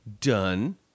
done